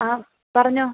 ആ പറഞ്ഞോ